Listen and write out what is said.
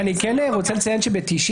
אני כן רוצה לציין שב-1994,